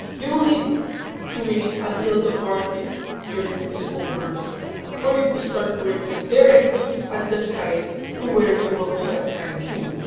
you will need to wait until the quarantine period is over for you to start working directly at the site to where you will be assigned to.